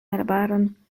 arbaron